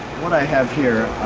what i have here